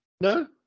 No